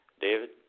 David